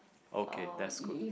okay that's good